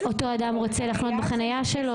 אבל על חניה של נכה --- אותו אדם רוצה לחנות בחניה שלו,